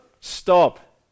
stop